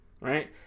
right